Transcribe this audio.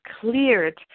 cleared